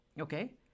Okay